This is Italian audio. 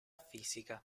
fisica